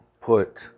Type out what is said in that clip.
put